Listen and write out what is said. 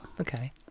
Okay